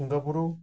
Singapore